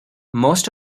most